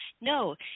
no